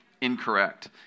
incorrect